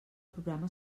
programa